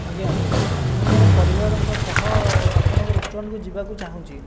ଆଜ୍ଞା ମୁଁ ମୋର ପରିବାରଙ୍କ ସହ ଆପଣଙ୍କ ରେଷ୍ଟୁରାଣ୍ଟକୁ ଯିବାକୁ ଚାହୁଁଛି